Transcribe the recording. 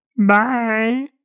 Bye